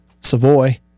Savoy